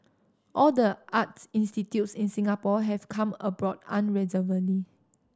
all the arts institutes in Singapore have come aboard unreservedly